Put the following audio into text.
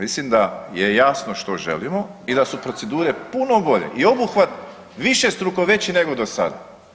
Mislim da je jasno što želimo i da su procedure puno bolje i obuhvat višestruko veći nego do sada.